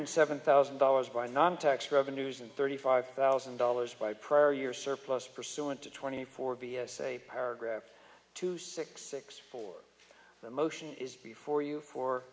seven thousand dollars by non tax revenues and thirty five thousand dollars by prayer your surplus pursuant to twenty four b s a paragraph two six six four the motion is before you for